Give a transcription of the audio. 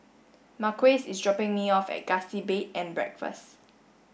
Marques is dropping me off at Gusti Bed and Breakfast